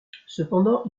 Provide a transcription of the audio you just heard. cependant